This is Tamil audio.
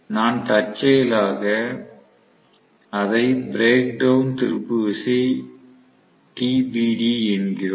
நாம் தற்செயலாக அதை பிரேக் டௌன் திருப்பு விசை TBD என்கிறோம்